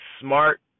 smart